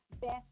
best